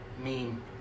meme